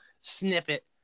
snippet